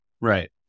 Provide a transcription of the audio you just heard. Right